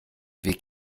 wir